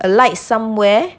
alight somewhere